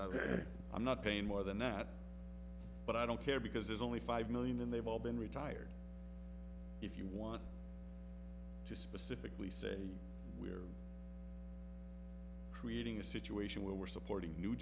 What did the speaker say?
i'm not paying more than that but i don't care because there's only five million and they've all been retired if you want pacifically say we're creating a situation where we're supporting new